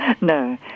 No